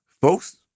folks